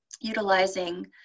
utilizing